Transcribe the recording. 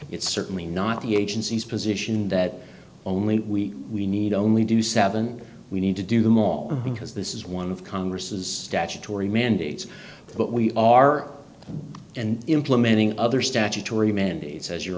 it's certainly not the agency's position that only we we need only do seven we need to do them all because this is one of congress's statutory mandates but we are and implementing other statutory mandates as your